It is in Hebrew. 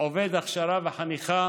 עבור הכשרה וחניכה